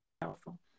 powerful